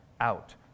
out